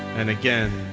and again,